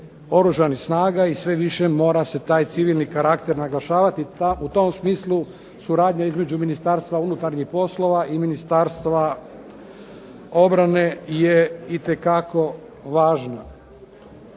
oružanih snaga i sve više mora se taj civilni karakter naglašavati. Pa u tom smislu suradnja između Ministarstva unutarnja poslova i Ministarstva obrane je itekako važna.